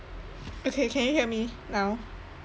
okay can you hear me now